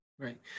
Right